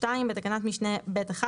(2) בתקנת משנה (ב1),